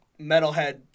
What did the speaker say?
metalhead